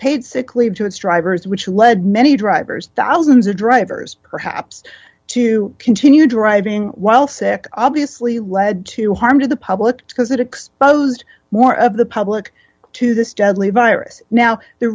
paid sick leave to its drivers which led many drivers thousands of drivers perhaps to continue driving while sick obviously led to harm to the public because it exposed more of the public to this deadly virus now the